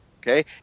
okay